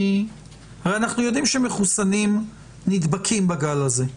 הרי אנחנו יודעים שמחוסנים נדבקים בגל הזה.